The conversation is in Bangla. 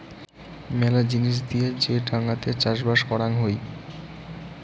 মেলা জিনিস দিয়ে যে ডাঙাতে চাষবাস করাং হই